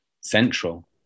central